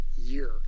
year